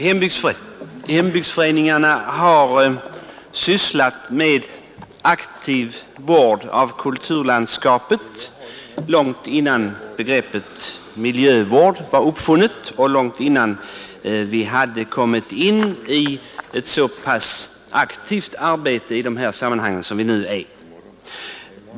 Hembygdsföreningarna har sysslat med aktiv vård av kulturlandskapet långt innan begreppet miljövård var uppfunnet och långt innan vi hade kommit in i ett så aktivt arbete i dessa sammanhang som vi nu har.